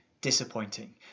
disappointing